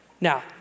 Now